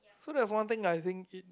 so that's one think I think it